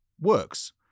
works